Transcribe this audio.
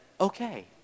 okay